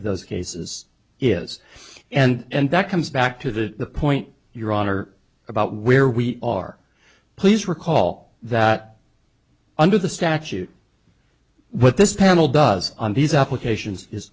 of those cases is and that comes back to the point your honor about where we are please recall that under the statute what this panel does on these applications is